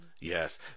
Yes